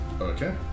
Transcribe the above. Okay